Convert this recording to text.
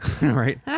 right